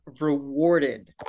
rewarded